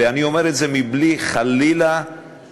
ואני אומר את זה מבלי חלילה לחשוב